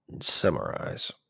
summarize